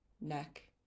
neck